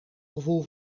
gevoel